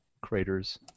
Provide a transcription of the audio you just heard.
craters